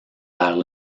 vers